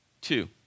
two